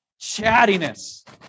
chattiness